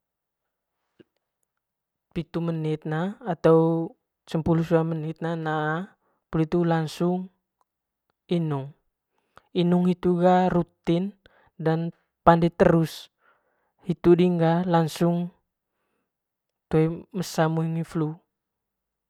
Pitu menit ne atau cempulu sua meenut na na poli hitu langsung inung, inung hitu ga rutin dan pande terus hitu ding ga langsung toe mesa mesa ming hi flu.